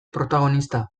protagonista